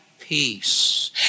peace